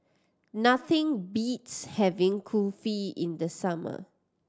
nothing beats having Kulfi in the summer